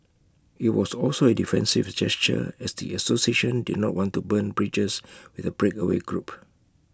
IT was also A defensive gesture as the association did not want to burn bridges with the breakaway group